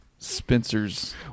Spencer's